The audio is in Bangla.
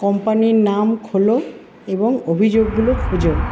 কোম্পনির নাম খোলো এবং অভিযোগগুলো খোঁজো